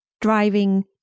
driving